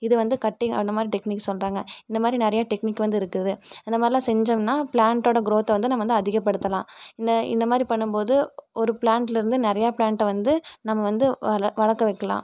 இதுவந்து கட்டிங் அந்தமாதிரி டெக்னிக் சொல்கிறாங்க இந்தமாதிரி நிறையா டெக்னிக் வந்து இருக்குது அந்தமாதிரிலாம் செஞ்சம்னால் ப்ளாண்ட்டோட க்ரோத்தை வந்து நம்ம வந்து அதிகப்படுத்தலாம் இந்த இந்தமாதிரி பண்ணும்போது ஒரு ப்ளாண்ட்லேருந்து நிறையா ப்ளாண்ட்டை வந்து நம்ம வந்து வள வளர்க்க வைக்கலாம்